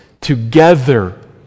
together